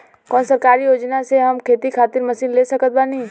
कौन सरकारी योजना से हम खेती खातिर मशीन ले सकत बानी?